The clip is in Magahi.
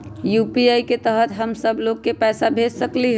यू.पी.आई के तहद हम सब लोग को पैसा भेज सकली ह?